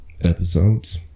episodes